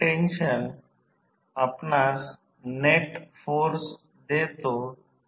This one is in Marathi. तर ऑटोट्रान्सफॉर्मर साठी हा एक वाइंडिंग जो N1 आहे आणि हा दुसरा वाइंडिंग आहे काहीतरी आपण ते वापरत आहोत समान वाइंडिंग